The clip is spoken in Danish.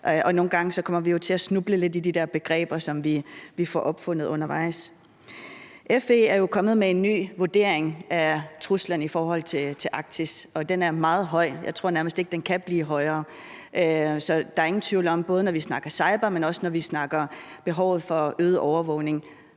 Nogle gange kommer vi jo til at snuble lidt i de der begreber, som vi får opfundet undervejs. FE er jo kommet med en ny vurdering af truslen i forhold til Arktis, og den er meget høj. Jeg tror nærmest ikke, den kan blive højere, så der er ingen tvivl om, at både når vi snakker cyber, men også når vi snakker behovet for øget overvågning,